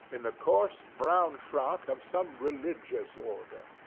in the coarse brown frock of some religious order.